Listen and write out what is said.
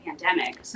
pandemic